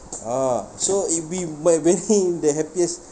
a'ah so if we might waiting the happiest